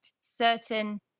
certain